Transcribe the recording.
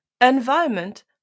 Environment